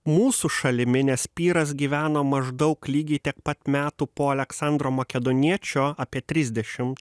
mūsų šalimi nes pyras gyvena maždaug lygiai tiek pat metų po aleksandro makedoniečio apie trisdešim